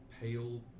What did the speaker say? pale